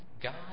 God